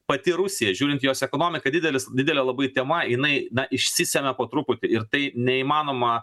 pati rusija žiūrint į jos ekonomiką didelis didelė labai tema jinai na išsisemia po truputį ir tai neįmanoma